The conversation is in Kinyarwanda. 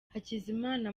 hakizimana